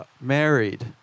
married